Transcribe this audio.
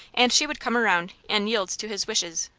and she would come around, and yield to his wishes.